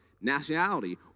nationality